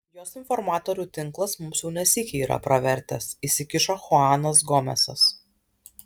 jos informatorių tinklas mums jau ne sykį yra pravertęs įsikišo chuanas gomesas